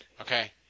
Okay